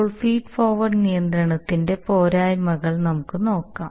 ഇപ്പോൾ feed forward നിയന്ത്രണത്തിന്റെ പോരായ്മകൾ നമുക്ക് നോക്കാം